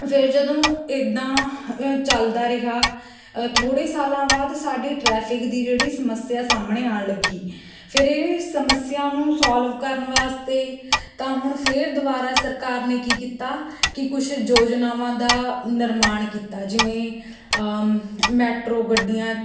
ਫਿਰ ਜਦੋਂ ਇਦਾਂ ਚੱਲਦਾ ਰਿਹਾ ਥੋੜ੍ਹੇ ਸਾਲਾਂ ਬਾਅਦ ਸਾਡੀ ਟਰੈਫਿਕ ਦੀ ਜਿਹੜੀ ਸਮੱਸਿਆ ਸਾਹਮਣੇ ਆਉਣ ਲੱਗੀ ਫਿਰ ਇਹ ਸਮੱਸਿਆ ਨੂੰ ਸੋਲਵ ਕਰਨ ਵਾਸਤੇ ਤਾਂ ਹੁਣ ਫਿਰ ਦੁਬਾਰਾ ਸਰਕਾਰ ਨੇ ਕੀ ਕੀਤਾ ਕਿ ਕੁਛ ਯੋਜਨਾਵਾਂ ਦਾ ਨਿਰਮਾਣ ਕੀਤਾ ਜਿਵੇਂ ਮੈਟਰੋ ਗੱਡੀਆਂ